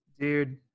Dude